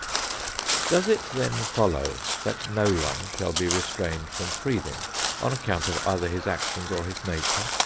does it then follow that no one shall be restrained from freedom on account of either his actions or his nature?